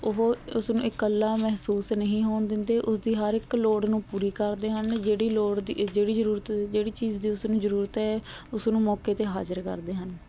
ਉਹ ਉਸਨੂੰ ਇਕੱਲਾ ਮਹਿਸੂਸ ਨਹੀਂ ਹੋਣ ਦਿੰਦੇ ਉਸ ਦੀ ਹਰ ਇੱਕ ਲੋੜ ਨੂੰ ਪੂਰੀ ਕਰਦੇ ਹਨ ਜਿਹੜੀ ਲੋੜ ਦੀ ਜਿਹੜੀ ਜ਼ਰੂਰਤ ਜਿਹੜੀ ਚੀਜ਼ ਦੀ ਉਸ ਨੂੰ ਜ਼ਰੂਰਤ ਹੈ ਉਸ ਨੂੰ ਮੌਕੇ 'ਤੇ ਹਾਜ਼ਰ ਕਰਦੇ ਹਨ